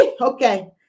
okay